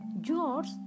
George